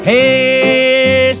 Hey